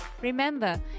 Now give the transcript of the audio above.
Remember